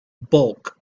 bulk